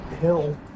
hill